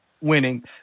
winning